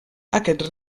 aquest